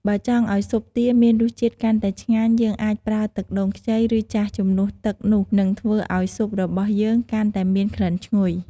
បើចង់ឱ្យស៊ុបទាមានរសជាតិកាន់តែឆ្ងាញ់ យើងអាចប្រើ ទឹកដូងខ្ចី ឬ ចាស់ ជំនួសទឹក នោះនឹងធ្វើឱ្យស៊ុបរបស់យើងកាន់តែមានក្លិនឈ្ងុយ។